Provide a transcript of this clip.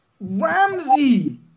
Ramsey